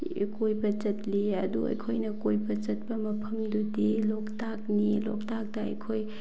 ꯀꯣꯏꯕ ꯆꯠꯂꯤ ꯑꯗꯨ ꯑꯩꯈꯣꯏꯅ ꯀꯣꯏꯕ ꯆꯠꯄ ꯃꯐꯝꯗꯨꯗꯤ ꯂꯣꯛꯇꯥꯛꯅꯤ ꯂꯣꯛꯇꯥꯛꯇ ꯑꯩꯈꯣꯏ